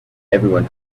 everyone